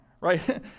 right